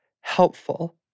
helpful